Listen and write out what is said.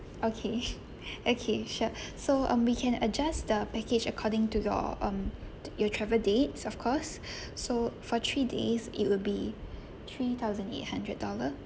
okay okay sure so um we can adjust the package according to your um your travel dates of course so for three days it will be three thousand eight hundred dollars